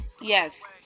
Yes